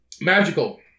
Magical